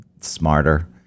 smarter